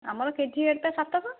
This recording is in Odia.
ଆମର କେଜି ଏତେ ସାତଶହ